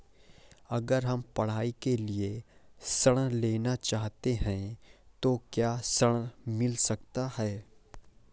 अगर हम पढ़ाई के लिए ऋण लेना चाहते हैं तो क्या ऋण मिल सकता है?